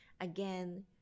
again